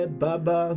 baba